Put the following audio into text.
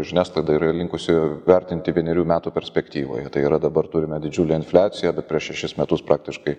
žiniasklaida yra linkusi vertinti vienerių metų perspektyvoje tai yra dabar turime didžiulę infliaciją bet prieš šešis metus praktiškai